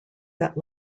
that